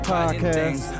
Podcast